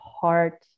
heart